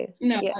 no